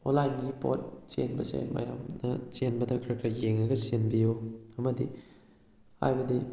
ꯑꯣꯟꯂꯥꯏꯅꯒꯤ ꯄꯣꯠ ꯆꯦꯟꯕꯁꯦ ꯃꯌꯥꯝꯅ ꯆꯦꯟꯕꯗ ꯈꯔ ꯈꯔ ꯌꯦꯡꯉꯒ ꯆꯦꯟꯕꯤꯌꯨ ꯑꯃꯗꯤ ꯍꯥꯏꯕꯗꯤ